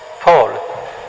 Paul